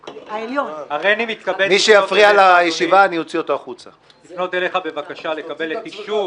הריני מתכבד לפנות אליך בבקשה לקבל את אישור